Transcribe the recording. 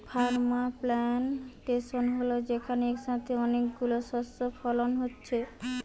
farm বা plantation হল যেখানে একসাথে অনেক গুলো শস্য ফলন হচ্ছে